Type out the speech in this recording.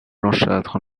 blanchâtres